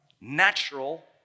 natural